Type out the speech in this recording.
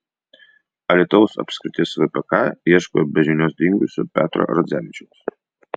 alytaus apskrities vpk ieško be žinios dingusio petro radzevičiaus